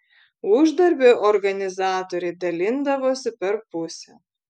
uždarbį organizatoriai dalindavosi per pusę